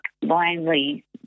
blindly